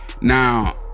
Now